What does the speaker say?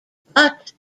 but